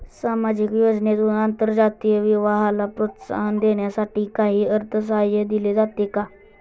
सामाजिक योजनेतून आंतरजातीय विवाहाला प्रोत्साहन देण्यासाठी काही अर्थसहाय्य दिले जाते का?